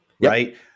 right